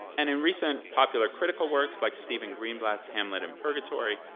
and in recent popular critical works, like stephen greenblatt's hamlet in purgatory,